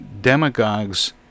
demagogues